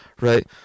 right